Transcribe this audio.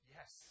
Yes